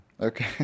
Okay